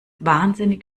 wahnsinnig